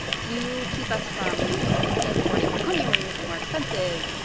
if you keep us from importing zirconium or you make it more expensive,